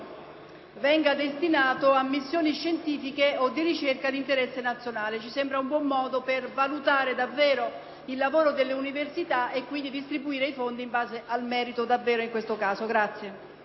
venga destinata a missioni scientifiche o di ricerca di interesse nazionale. Ci sembra un buon modo per valutare davvero il lavoro delle universita` e quindi per distribuire i fondi in base davvero al merito, in questo caso.